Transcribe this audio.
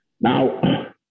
Now